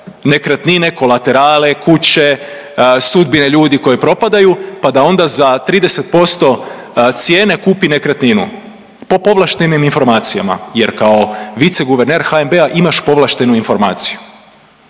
nekretnine, kolaterale, kuće, sudbine ljudi koji propadaju pa da onda za 30% cijene kupi nekretninu po povlaštenim informacijama jer kao viceguverner HNB-a imaš povlaštenu informaciju.